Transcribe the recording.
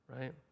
right